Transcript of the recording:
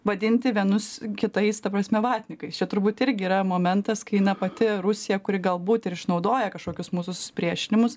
vadinti vienus kitais ta prasme vatnikais čia turbūt irgi yra momentas kai na pati rusija kuri galbūt ir išnaudoja kažkokius mūsų susipriešinimus